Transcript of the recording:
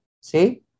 See